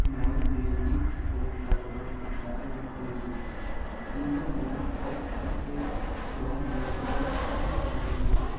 মই ক্ৰিয়েটিভ স্পেচ কাগজৰ ফিটা লাভ কৰিছোঁ কিন্তু মই ক'ক বিশেষ ৰং সেউজীয়াহে অৰ্ডাৰ দিছিলোঁ